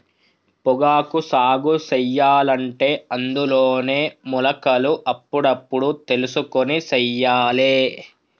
పొగాకు సాగు సెయ్యలంటే అందులోనే మొలకలు అప్పుడప్పుడు తెలుసుకొని సెయ్యాలే